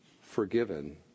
forgiven